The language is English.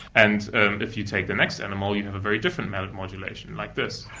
and and if you take the next animal you have a very different modulation, like this